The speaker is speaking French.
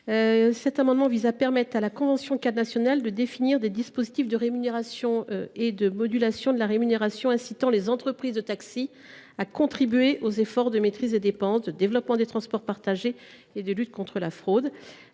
Cet amendement vise à permettre à la convention cadre nationale de définir des dispositifs de rémunération et de modulation de la rémunération pour inciter les entreprises de taxi à contribuer aux efforts de maîtrise des dépenses, de développement des transports partagés et de lutte contre la fraude.